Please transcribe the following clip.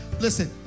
listen